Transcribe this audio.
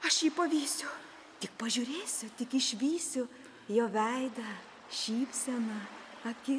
aš jį pavysiu tik pažiūrėsiu tik išvysiu jo veidą šypseną akis